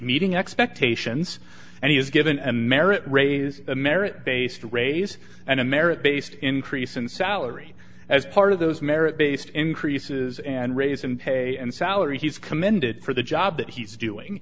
meeting expectations and he is given a merit raise a merit based raise and a merit based increase in salary as part of those merit based increases and raise in pay and salary he's commended for the job that he's doing